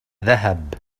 ذهب